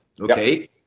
okay